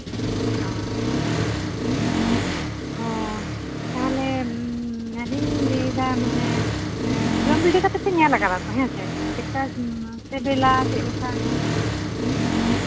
ᱚᱻ ᱦᱚᱸ ᱛᱟᱦᱞᱮ ᱟᱫᱚᱧ ᱞᱟᱹᱭᱫᱟ ᱢᱟᱱᱮ ᱡᱚᱢ ᱵᱤᱰᱟᱹ ᱠᱟᱛᱮᱫ ᱯᱮ ᱧᱮᱞ ᱠᱟᱫᱟ ᱛᱚ ᱦᱮᱸ ᱥᱮ ᱪᱮᱫ ᱞᱮᱠᱟ ᱥᱤᱵᱤᱞᱟ ᱪᱮᱫ ᱞᱮᱠᱟ